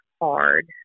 hard